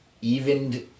evened